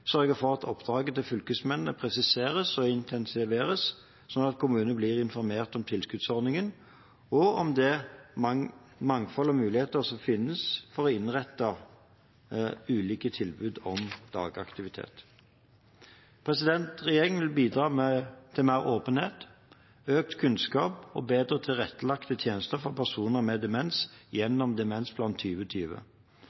sørge for at oppdraget til fylkesmennene presiseres og intensiveres, sånn at kommunene blir informert om tilskuddsordningen og om det mangfoldet av muligheter som finnes for å innrette ulike tilbud om dagaktivitet. Regjeringen vil bidra til mer åpenhet, økt kunnskap og bedre tilrettelagte tjenester for personer med demens gjennom Demensplan